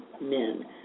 men